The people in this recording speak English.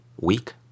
week